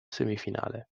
semifinale